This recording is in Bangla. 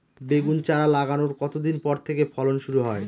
বেগুন চারা লাগানোর কতদিন পর থেকে ফলন শুরু হয়?